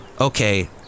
Okay